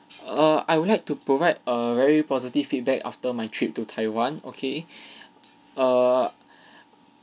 err I would like to provide a very positive feedback after my trip to taiwan okay err